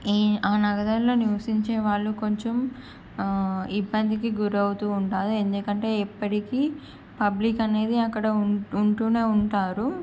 ఆ నగరంలో నివసించే వాళ్ళు కొంచెం ఇబ్బందికి గురవుతూ ఉంటారు ఎందుకంటే ఎప్పడికీ పబ్లిక్ అనేది అక్కడ ఉంటూనే ఉంటారు